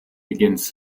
begins